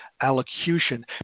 allocution